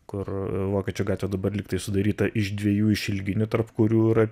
kur vokiečių gatvė dabar lyg tai sudaryta iš dviejų išilginių tarp kurių yra